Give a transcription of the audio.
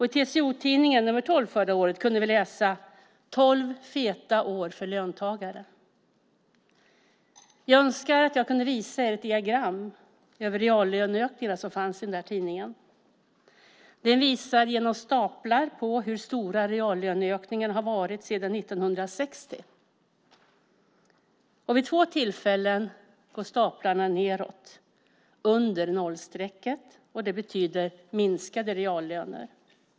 I TCO-tidningen nr 12 förra året kunde vi läsa "Tolv feta år för löntagare". Jag önskar att jag kunde visa er det diagram över reallöneökningarna, som fanns i tidningen. Det visar genom staplar hur stora reallöneökningarna har varit sedan 1960. Vid två tillfällen går staplarna ned under nollstrecket, och det betyder minskade reallöner.